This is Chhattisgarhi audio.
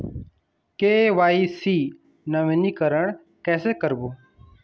के.वाई.सी नवीनीकरण कैसे करबो?